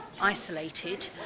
isolated